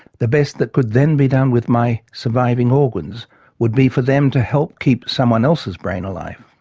the best that could then be done with my surviving organs would be for them to help keep someone else's brain alive.